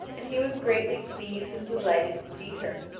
and he was greatly pleased and delighted to see her,